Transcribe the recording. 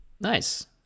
Nice